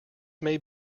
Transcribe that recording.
may